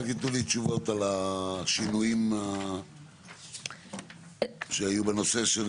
רק תתנו לי תשובות על השינויים שהיו בנושא של